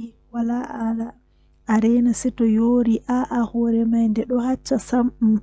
debbo am be derdiraabe am.